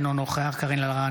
אינו נוכח קארין אלהרר,